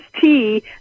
tea